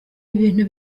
ibintu